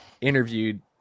interviewed